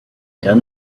done